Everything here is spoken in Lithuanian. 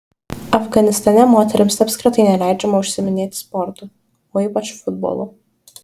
afganistane moterims apskritai neleidžiama užsiiminėti sportu o ypač futbolu